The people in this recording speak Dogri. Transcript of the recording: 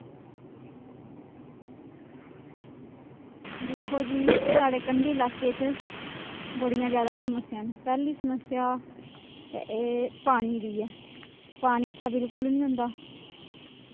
दिक्खो जी साढ़े कंढी लाके च बड़ियां जादा समस्यां न पैह्ली समस्या ते पानी दी ऐ पानी इत्थें बिलकुल नी होंदा